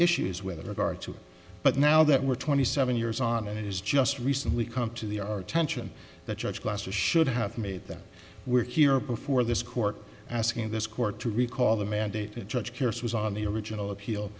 issues with regard to but now that we're twenty seven years on it is just recently come to the our attention that judge glasses should have made that we're here before this court asking this court to recall the mandated judge cares was on the original appeal